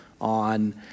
on